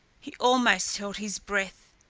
he almost held his breath.